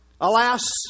Alas